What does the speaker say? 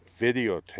videotape